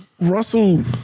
Russell